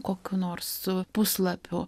kokių nors puslapių